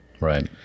right